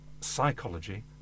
psychology